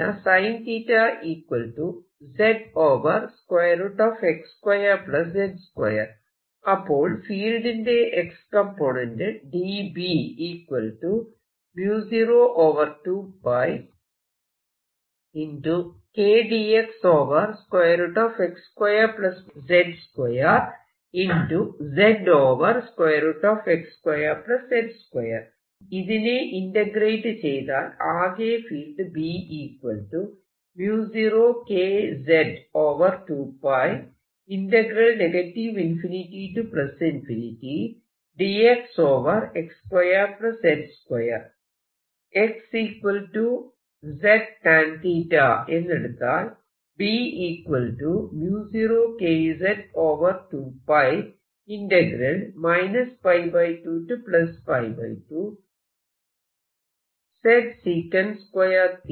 മാത്രമല്ല അപ്പോൾ ഫീൽഡിന്റെ X കംപോണേന്റ് ഇതിനെ ഇന്റഗ്രേറ്റ് ചെയ്താൽ ആകെ ഫീൽഡ് x z എന്നെടുത്താൽ ഇവിടെ z 2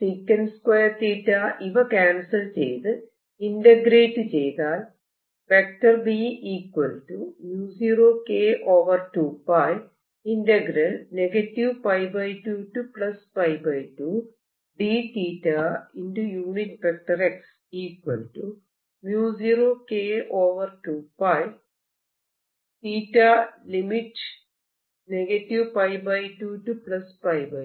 sec2 θ ഇവ ക്യാൻസൽ ചെയ്ത് ഇന്റഗ്രേറ്റ് ചെയ്താൽ ഇത്രയുമാണ് ഫീൽഡ്